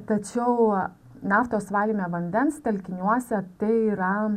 tačiau naftos valyme vandens telkiniuose tai yra